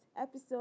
episode